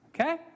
Okay